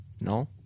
No